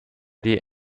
die